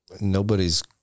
nobody's